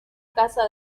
casa